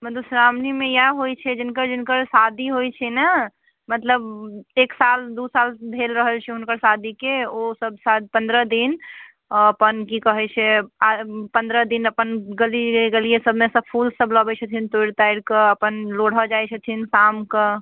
मधुश्राओणीमे इएह होइत छै जिनकर जिनकर शादी होइत छै ने मतलब एक साल दू साल भेल रहल छै हुनकर शादीके ओ सभ शा पन्द्रह दिन अपन की कहैत छै आ पन्द्रह दिन अपन गलिए गलिए सभमे सभ फूल सभ लबैत छथिन तोड़ि ताड़ि कऽ अपन लोढ़ऽ जाइत छथिन शाम कऽ